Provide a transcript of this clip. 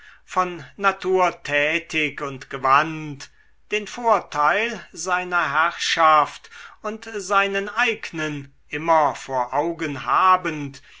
von natur tätig und gewandt den vorteil seiner herrschaft und seinen eignen immer vor augen habend